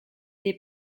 des